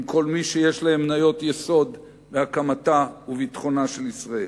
עם כל מי שיש להם מניות יסוד בהקמתה ובביטחונה של ישראל.